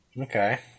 Okay